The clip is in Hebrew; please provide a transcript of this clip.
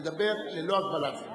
לדבר ללא הגבלת זמן.